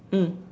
mm